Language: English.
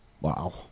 Wow